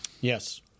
Yes